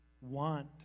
want